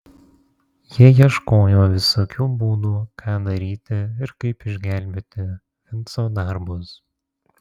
jie ieškojo visokių būdų ką daryti ir kaip išgelbėti vinco darbus